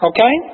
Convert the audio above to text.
Okay